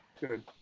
Good